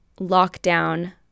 lockdown